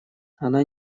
она